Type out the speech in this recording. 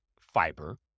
fiber